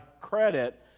credit